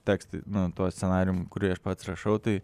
tekstais nu tuo scenarijum kurį aš pats rašau tai